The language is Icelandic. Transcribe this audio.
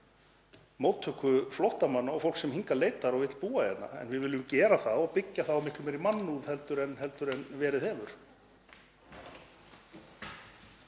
móttöku flóttamanna og fólks sem hingað leitar og vill búa hérna en við viljum gera það og byggja það á miklu meiri mannúð heldur en verið hefur.